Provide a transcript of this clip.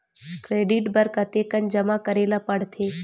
Credit बर कतेकन जमा करे ल पड़थे?